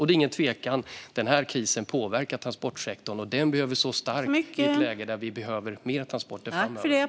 Det är ingen tvekan om att den här krisen påverkar transportsektorn, och den behöver stå stark i ett läge där vi kommer att behöva mer transporter framöver.